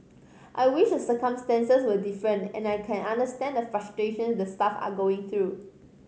I wish the circumstances were different and I can understand the frustration the staff are going through